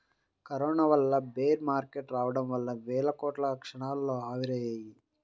corona వల్ల bear market రావడం వల్ల వేల కోట్లు క్షణాల్లో ఆవిరయ్యాయి